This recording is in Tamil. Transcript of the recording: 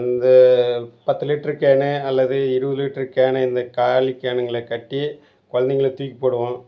வந்து பத்து லிட்ரு கேனு அல்லது இருபது லிட்ரு கேனு இந்த காலி கேனுங்களை கட்டி கொழந்தைங்கள தூக்கிப் போடுவோம்